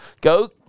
go